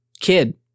kid